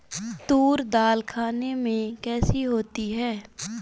तूर दाल खाने में कैसी होती है?